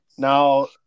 Now